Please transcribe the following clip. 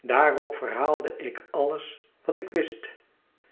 daarop verhaalde ik hem alles wat ik wist